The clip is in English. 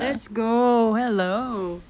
let's go hello